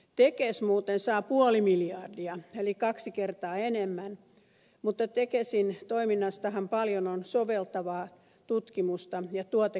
tekes muuten saa puoli miljardia eli kaksi kertaa enemmän mutta tekesin toiminnastahan paljon on soveltavaa tutkimusta ja tuotekehitystä